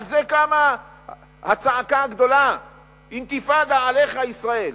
על זה קמה הצעקה הגדולה, אינתיפאדה עליך ישראל.